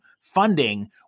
funding